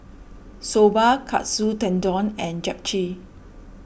Soba Katsu Tendon and Japchae